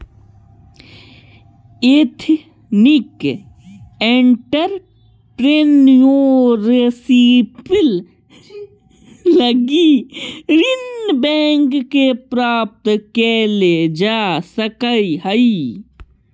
ethnic entrepreneurship लगी ऋण bank से प्राप्त कैल जा सकऽ हई